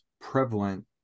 prevalent